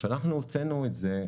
כשאנחנו הוצאנו את זה,